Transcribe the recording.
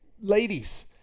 ladies